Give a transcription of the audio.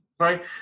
Right